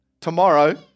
tomorrow